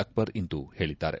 ಅಕ್ಷರ್ ಇಂದು ಹೇಳಿದ್ದಾರೆ